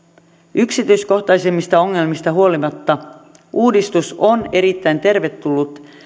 yksityiskohtaisemmista ongelmista huolimatta uudistus on erittäin tervetullut